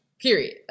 period